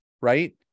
right